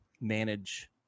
manage